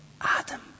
Adam